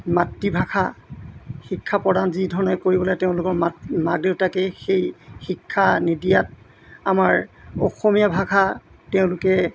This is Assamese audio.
মাতৃভাষা শিক্ষা প্ৰদান যিধৰণে কৰিবলৈ তেওঁলোকৰ মাত মাক দেউতাকে সেই শিক্ষা নিদিয়াত আমাৰ অসমীয়া ভাষা তেওঁলোকে